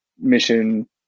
mission